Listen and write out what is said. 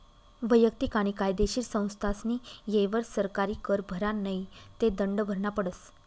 वैयक्तिक आणि कायदेशीर संस्थास्नी येयवर सरकारी कर भरा नै ते दंड भरना पडस